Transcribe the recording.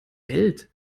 welt